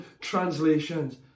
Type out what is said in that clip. translations